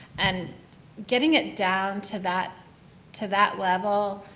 and getting it down to that to that level,